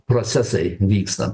procesai vyksta